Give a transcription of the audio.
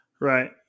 Right